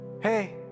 hey